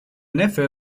neffe